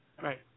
Right